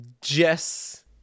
Jess